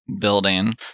building